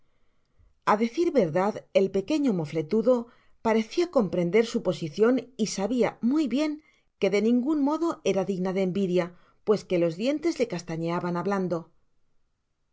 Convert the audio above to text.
a decir verdad el pequeño mofletudo parecia comprender sn posicion y sabia muy bien que de ningun modo era digna de envidia pues que los dientes le castañeaban hablando